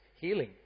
healing